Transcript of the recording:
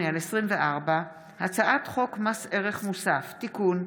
פ/3348/24 וכלה בהצעת חוק פ/3426/24: הצעת חוק מס ערך מוסף (תיקון,